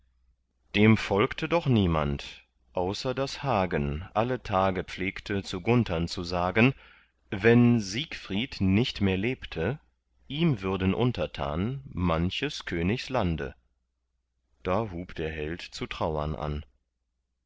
dem folgte doch niemand außer daß hagen alle tage pflegte zu gunthern zu sagen wenn siegfried nicht mehr lebte ihm würden untertan manches königs lande da hub der held zu trauern an